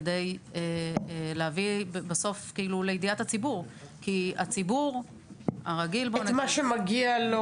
כדי להביא לידיעת הציבור --- את מה שמגיע לו?